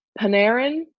Panarin